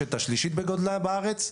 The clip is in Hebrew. הרשת השלישית בגודלה בארץ.